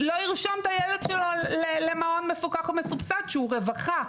לא ירשום את הילד שלו למעון מפוקח ומסובסד שהוא רווחה,